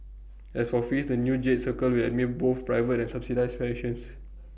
as for fees the new jade circle will admit both private and subsidised patients